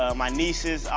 ah my nieces.